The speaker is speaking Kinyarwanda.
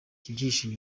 kibyihishe